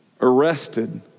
Arrested